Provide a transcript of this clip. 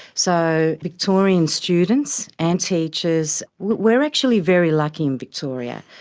so victorian students and teachers, we are actually very lucky in victoria.